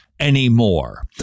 anymore